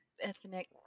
Ethnic